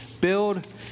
build